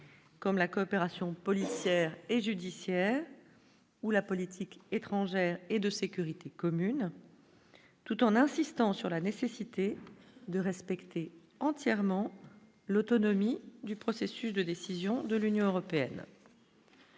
comme la coopération policière et judiciaire ou la politique étrangère et de sécurité commune tout en insistant sur la nécessité de respecter entièrement l'autonomie du processus de décision de l'Union européenne.